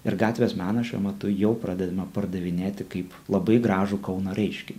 ir gatvės meną šiuo metu jau pradedame pardavinėti kaip labai gražų kauno reiškinį